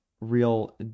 real